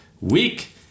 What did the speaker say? week